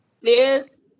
Yes